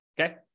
okay